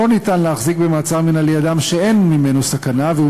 אין להחזיק במעצר מינהלי אדם שאין ממנו סכנה והוא